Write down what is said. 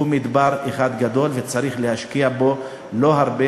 הוא מדבר אחד גדול, וצריך להשקיע בו לא הרבה.